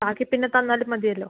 ബാക്കി പിന്നെ തന്നാലും മതിയല്ലോ